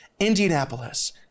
Indianapolis